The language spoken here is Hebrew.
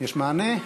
יש מענה?